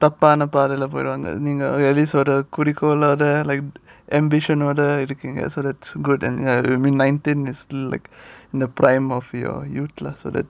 தப்பான பாதைல போயிருவாங்க:thappana pathaila poiduvanga like ambition all that நீங்க குறிக்கோளோடு ஆம்பிஷனோட இருக்கீங்க:neenga kurikolodu ambitionodu irukenga so that's good and I mean nineteen is like the prime of your youth lah so that's